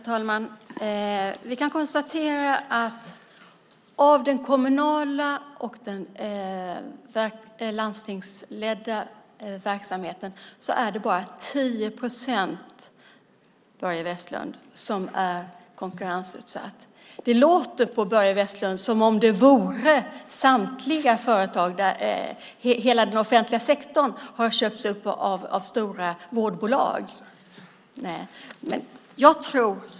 Herr talman! Vi kan konstatera, Börje Vestlund, att av den kommunala och den landstingsledda verksamheten är det bara 10 procent som är konkurrensutsatt. Det låter på Börje Vestlund som om hela offentliga sektorn har köpts upp av stora vårdbolag.